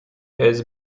has